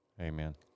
Amen